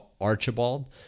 Archibald